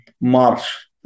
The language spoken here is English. March